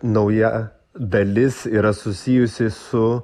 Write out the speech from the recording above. nauja dalis yra susijusi su